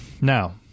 Now